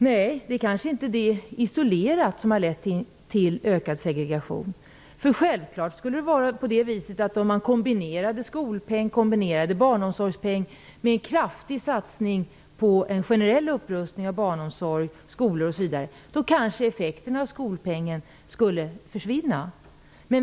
Nej, det är kanske inte de isolerat som har lett till ökad segregation. Självfallet skulle en kombination av skolpeng och barnomsorgspeng med en kraftig satsning på en generell upprustning av barnomsorg, skolor osv. leda till att effekterna av skolpengen skulle försvinna.